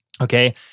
Okay